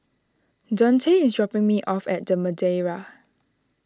Daunte is dropping me off at the Madeira